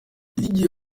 igihe